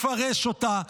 לפרש אותה,